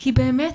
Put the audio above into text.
כי באמת,